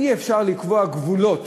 אי-אפשר לקבוע גבולות